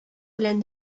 белән